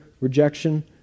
rejection